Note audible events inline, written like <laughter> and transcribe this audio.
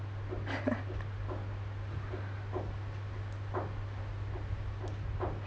<laughs>